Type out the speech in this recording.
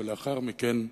ולאחר מכן,